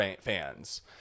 fans